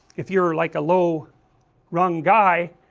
if you are like a low rung guy,